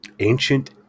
ancient